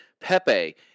Pepe